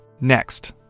Next